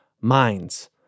minds